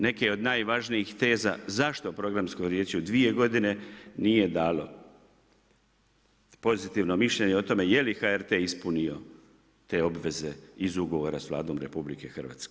Neke od najvažnijih teza zašto Programsko vijeće u dvije godine nije dalo pozitivno mišljenje o tome je li HRT ispunio te obveze iz ugovora sa Vladom RH.